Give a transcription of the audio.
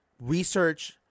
research